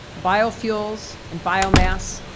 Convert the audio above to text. biofuels and biomass,